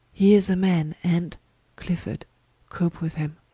he is a man, and clifford cope with him